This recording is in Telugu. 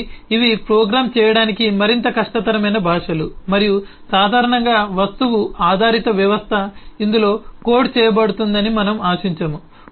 కాబట్టి ఇవి ప్రోగ్రామ్ చేయడానికి మరింత కష్టతరమైన భాషలు మరియు సాధారణంగా వస్తువు ఆధారిత వ్యవస్థ ఇందులో కోడ్ చేయబడుతుందని మనము ఆశించము